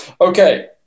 Okay